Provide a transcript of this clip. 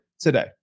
today